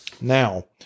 Now